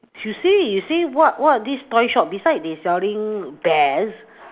you say you say what what this toy shop beside they selling bears